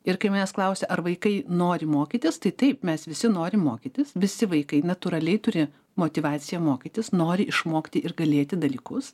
ir kai manęs klausia ar vaikai nori mokytis tai taip mes visi norim mokytis visi vaikai natūraliai turi motyvaciją mokytis nori išmokti ir galėti dalykus